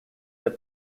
the